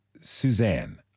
Suzanne